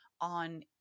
on